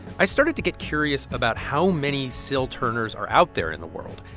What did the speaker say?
i started to get curious about how many syl turners are out there in the world.